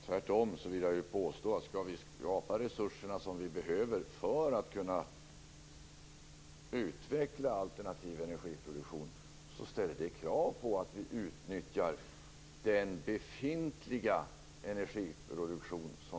Tvärtom vill jag påstå att skall vi kunna skapa de resurser som vi behöver för att kunna utveckla alternativ energiproduktion ställer det krav på att vi utnyttjar den befintliga energiproduktionen.